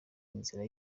inzara